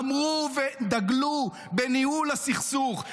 אמרו ודגלו בניהול הסכסוך,